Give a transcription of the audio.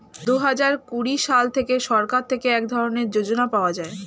দুহাজার কুড়ি সাল থেকে সরকার থেকে এক ধরনের যোজনা পাওয়া যায়